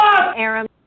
Aaron